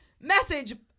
message